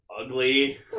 ugly